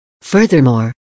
Furthermore